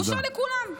בושה לכולם.